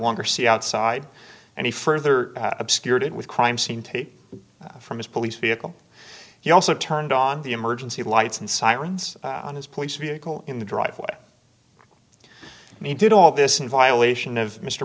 longer see outside and he further obscured with crime scene tape from his police vehicle he also turned on the emergency lights and sirens on his police vehicle in the driveway and he did all this in violation of mr